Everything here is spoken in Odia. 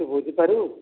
ତୁ ବୁଝି ପାରିବୁ